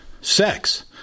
Sex